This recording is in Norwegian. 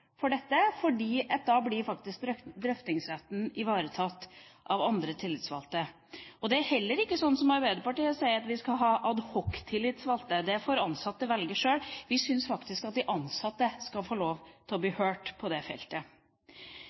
for dette, fordi da blir faktisk drøftingsretten ivaretatt av andre tillitsvalgte. Det er heller ikke sånn som Arbeiderpartiet sier, at vi skal ha adhoc-tillitsvalgte. Det får ansatte velge sjøl. Vi syns faktisk at de ansatte skal få lov til å bli hørt på det feltet.